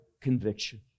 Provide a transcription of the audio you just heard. conviction